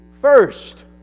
first